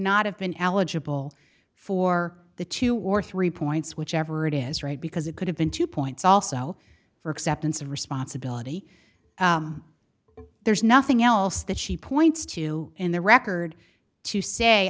not have been eligible for the two or three points whichever it is right because it could have been two points also for acceptance of responsibility there's nothing else that she points to in the record to say